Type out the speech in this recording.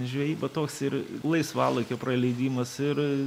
žvejyba toks ir laisvalaikio praleidimas ir